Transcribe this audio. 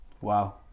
wow